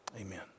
Amen